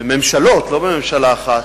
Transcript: בממשלות, לא בממשלה אחת,